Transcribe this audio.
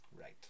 Right